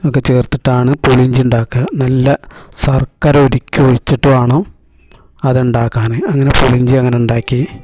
ഇതൊക്കെ ചേർത്തിട്ടാണ് പുളിയിഞ്ചി ഉണ്ടാക്കുക നല്ല ശർക്കര ഉരുക്കി ഒഴിച്ചിട്ട് വേണം അതുണ്ടാക്കാൻ അങ്ങനെ പുളിയിഞ്ചി അങ്ങനെ ഉണ്ടാക്കി